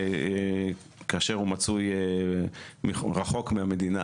כאשר הוא מצוי רחוק מהמדינה